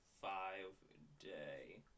five-day